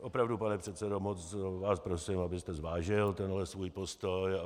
Opravdu, pane předsedo, moc vás prosím, abyste zvážil tenhle svůj postoj.